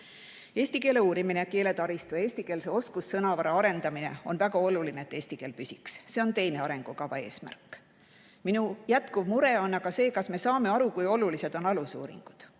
Eesti keele uurimine, keeletaristu, eestikeelse oskussõnavara arendamine on väga olulised, et eesti keel püsiks. See on teine arengukava eesmärk. Minu jätkuv mure on aga see, kas me saame aru, kui olulised on alusuuringud.